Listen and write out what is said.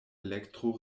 elektro